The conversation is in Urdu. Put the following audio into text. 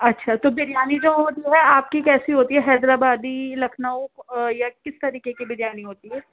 اچھا تو بریانی جو وہ جو ہے آپ کی کیسی ہوتی ہے حیدرآبادی لکھنؤ یا کس طریقے کی بریانی ہوتی ہے